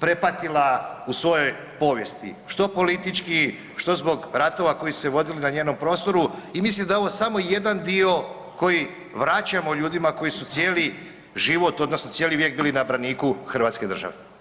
prepratila u svojoj povijesti, što politički, što zbog ratova koji su se vodili na njenom prostoru i mislim da je ovo samo jedan dio koji vraćamo ljudima koji su cijeli život odnosno cijeli vijek bili na braniku hrvatske države.